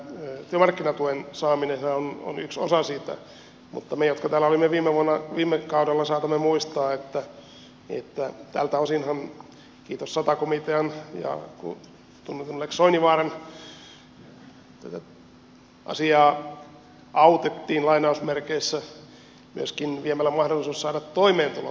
tämä työmarkkinatuen saaminenhan on yksi osa siitä mutta me jotka täällä olimme viime kaudella saatamme muistaa että tältä osinhan kiitos sata komitean ja tunnetun lex soininvaaran tätä asiaa lainausmerkeissä autettiin myöskin viemällä mahdollisuus saada toimeentulotukeakaan